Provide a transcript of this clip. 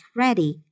ready